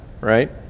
right